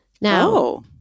Now